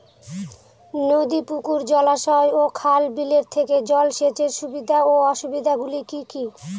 নদী পুকুর জলাশয় ও খাল বিলের থেকে জল সেচের সুবিধা ও অসুবিধা গুলি কি কি?